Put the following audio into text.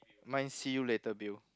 mine's see you later Bill